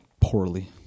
poorly